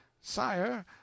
Sire